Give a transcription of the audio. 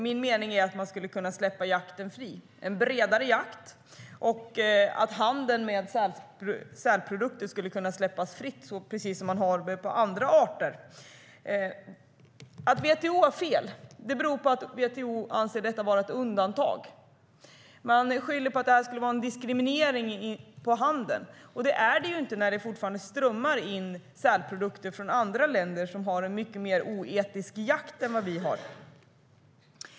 Min mening är att man skulle kunna släppa jakten fri med en bredare jakt och att handeln med sälprodukter skulle kunna släppas fri precis som man har för andra arter. Att WTO har fel beror på att WTO anser detta vara ett undantag. Man skyller på att det skulle vara en diskriminering i handeln. Det är det inte när det fortfarande strömmar in sälprodukter från andra länder som har en mycket mer oetiskt jakt än vad vi har.